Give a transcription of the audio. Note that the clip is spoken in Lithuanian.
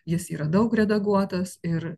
jis yra daug redaguotas ir